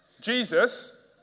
Jesus